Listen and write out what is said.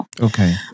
Okay